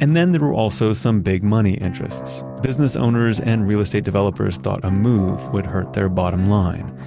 and then there were also some big money interests. business owners and real estate developers thought a move would hurt their bottom line.